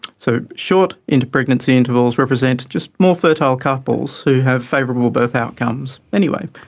so short inter-pregnancy intervals represent just more fertile couples who have favourable birth outcomes anyway,